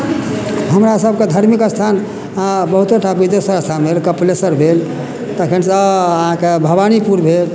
हमरा सबके धार्मिक स्थान बहुते ठाम विदेश्वर स्थान भेल कपलेश्वर भेल तखैन सऽ अहाँके भवानीपुर भेल